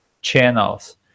channels